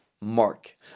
mark